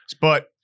But-